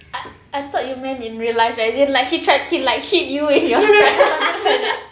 I I thought you meant in real life as in like he tried he like hit you with your or something like that